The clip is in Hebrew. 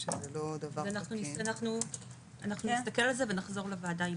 אנחנו נסתכל על זה ונחזור לוועדה,